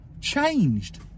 changed